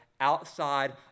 outside